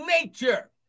nature